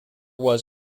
was